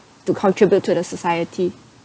to contribute to the society